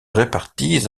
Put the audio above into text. réparties